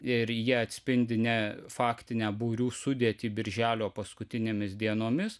ir jie atspindi ne faktinę būrių sudėtį birželio paskutinėmis dienomis